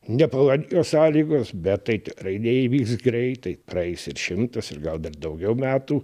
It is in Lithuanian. nepalankios sąlygos bet tai tikrai neįvyks greitai praeis ir šimtas ir gal dar daugiau metų